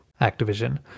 Activision